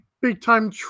big-time